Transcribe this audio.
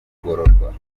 kugororwa